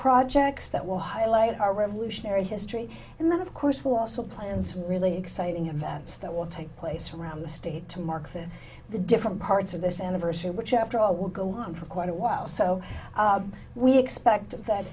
projects that will highlight our revolutionary history and then of course for also plans really exciting events that will take place around the state to mark this the different parts of this anniversary which after all will go on for quite a while so we expect